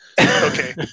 Okay